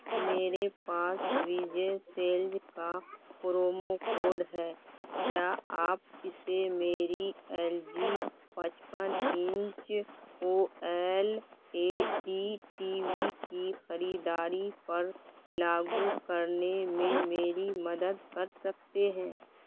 میرے پاس وجے سیلج کا پرومو کوڈ ہے کیا آپ اسے میری ایل جی پچپن inch O L A D T V کی خریداری پر لاگو کرنے میں میری مدد کر سکتے ہیں